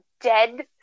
dead